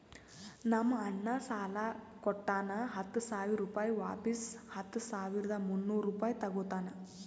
ನಮ್ ಅಣ್ಣಾ ಸಾಲಾ ಕೊಟ್ಟಾನ ಹತ್ತ ಸಾವಿರ ರುಪಾಯಿ ವಾಪಿಸ್ ಹತ್ತ ಸಾವಿರದ ಮುನ್ನೂರ್ ರುಪಾಯಿ ತಗೋತ್ತಾನ್